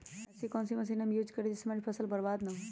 ऐसी कौन सी मशीन हम यूज करें जिससे हमारी फसल बर्बाद ना हो?